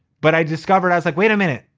but i discovered, i was like, wait a minute.